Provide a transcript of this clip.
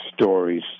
stories